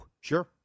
Sure